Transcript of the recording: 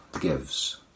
gives